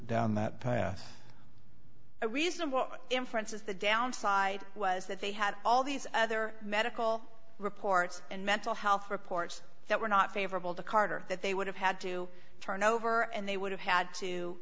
down that path a reasonable inference is the downside was that they had all these other medical reports and mental health reports that were not favorable to carter that they would have had to turn over and they would have had to